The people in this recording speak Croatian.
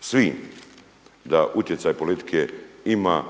svim da utjecaj politike ima